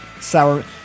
sour